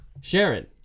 Sharon